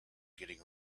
getting